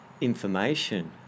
information